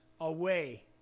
away